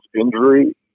injury